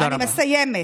אני מסיימת.